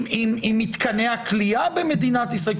עם מתקני הכליאה במדינת ישראל,